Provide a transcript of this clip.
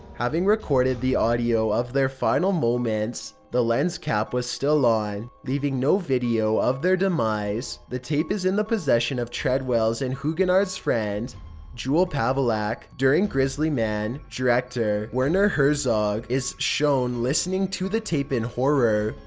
having recorded the audio of their final moments. the lens cap was still on, leaving no video of their demise. the tape is in the possession of treadwell's and huguenard's friend jewel palovak. during grizzly man, director werner herzog is shown listening to the tape in horror,